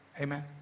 Amen